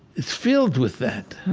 is filled with that.